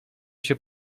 się